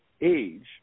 age